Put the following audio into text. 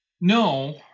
No